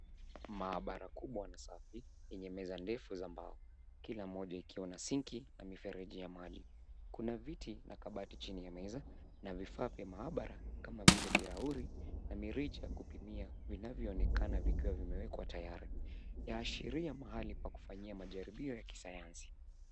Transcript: Maabara kubwa na safi yenye meza ndefu za mbao, kila moja ikiwa na sinki na mifereji ya maji. Kuna viti na kabati chini ya meza na vifaa vya maabara kama vile bilauri na mirija ya kupimia vinavyoonekana vikiwa vimewekwa tayari. Yaashiria mahali pa kufanyia majaribio ya kisayansi.